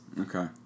okay